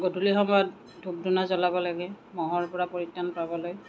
গধূলি সময়ত ধূপ ধূনা জ্বলাব লাগে মহৰ পৰা পৰিত্ৰাণ পাবলৈ